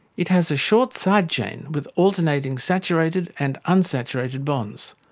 it has a short side chain with alternating saturated and unsaturated bonds.